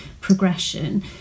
progression